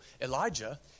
Elijah